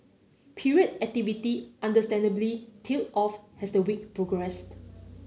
period activity understandably tailed off has the week progressed